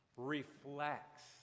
reflects